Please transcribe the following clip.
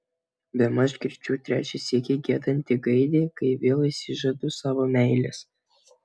bemaž girdžiu trečią sykį giedantį gaidį kai vėl išsižadu savo meilės